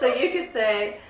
ah you can say, ah,